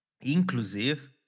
inclusive